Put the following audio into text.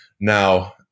now